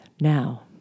now